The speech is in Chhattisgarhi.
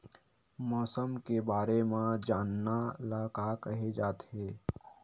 मौसम के बारे म जानना ल का कहे जाथे?